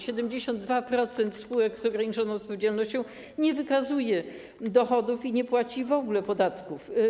72% spółek z ograniczoną odpowiedzialnością nie wykazuje dochodów i nie płaci w ogóle podatków.